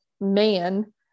man